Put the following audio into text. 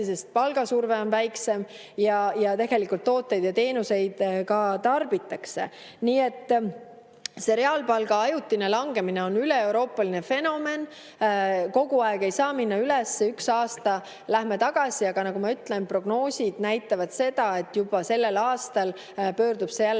sest palgasurve on väiksem ning tooteid ja teenuseid ka tarbitakse. Nii et see reaalpalga ajutine langemine on üleeuroopaline fenomen. Kogu aeg ei saa minna üles, ühe aasta läheme tagasi. Aga nagu ma ütlen, prognoosid näitavad seda, et juba sellel aastal pöördub see jälle